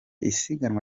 isiganwa